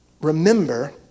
Remember